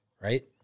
right